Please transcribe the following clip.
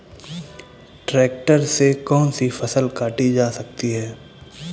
Tractor से कौन सी फसल काटी जा सकती हैं?